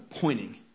pointing